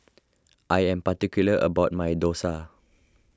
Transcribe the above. I am particular about my Dosa